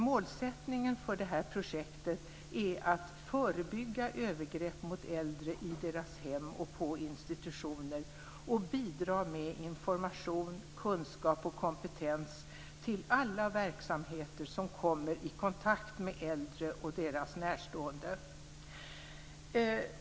Målsättningen för detta projekt är att förebygga övergrepp mot äldre i deras hem och på institutioner och bidra med information, kunskap och kompetens till alla verksamheter som kommer i kontakt med äldre och deras närstående.